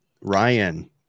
ryan